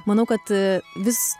manau kad vis